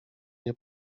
nie